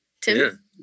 Tim